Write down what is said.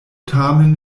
tamen